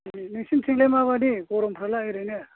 ए नोसिनिथिंलाय माबादि गरमफ्रालाय ओरैनो